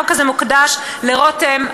החוק הזה מוקדש לרותם,